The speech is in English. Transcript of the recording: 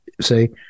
say